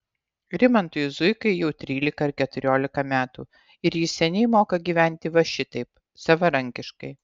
rimantui zuikai jau trylika ar keturiolika metų ir jis seniai moka gyventi va šitaip savarankiškai